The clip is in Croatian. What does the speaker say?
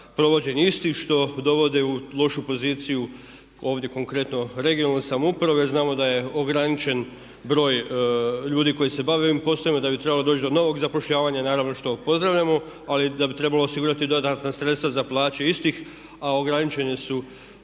provođenje istih što dovodi u lošu poziciju ovdje konkretno regionalnu samoupravu. Znamo da je ograničen broj ljudi koji se bave ovim poslovima, da bi trebalo doći do novog zapošljavanja naravno što pozdravljamo ali da bi trebalo osigurati i dodatna sredstva za plaće istih a ograničeni su